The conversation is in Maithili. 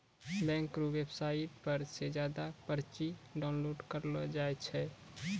बैंक रो वेवसाईट पर से जमा पर्ची डाउनलोड करेलो जाय छै